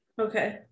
okay